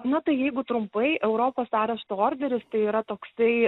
na tai jeigu trumpai europos arešto orderis tai yra toksai